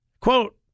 Quote